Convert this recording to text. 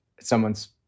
someone's